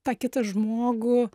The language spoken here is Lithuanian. tą kitą žmogų